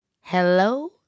hello